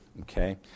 Okay